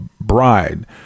bride